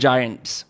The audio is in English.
Giants